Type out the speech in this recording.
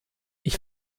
ich